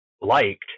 liked